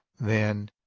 then